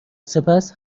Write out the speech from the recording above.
سپس